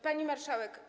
Pani Marszałek!